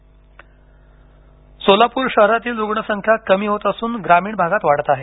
सोलापूर सोलापूर शहरातील रूग्णसंख्या कमी होत असून ग्रामीण भागात वाढत आहे